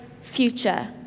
future